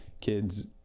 kids